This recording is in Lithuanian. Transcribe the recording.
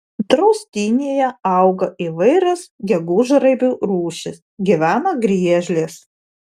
draustinyje auga įvairios gegužraibių rūšys gyvena griežlės